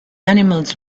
animals